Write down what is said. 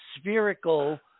spherical